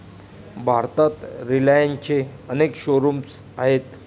भारतात रिलायन्सचे अनेक शोरूम्स आहेत